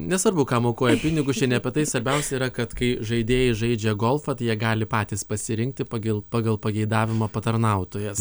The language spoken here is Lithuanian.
nesvarbu kam aukoja pinigus čia ne apie tai svarbiausia yra kad kai žaidėjai žaidžia golfą tai jie gali patys pasirinkti pagil pagal pageidavimą patarnautojas